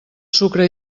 sucre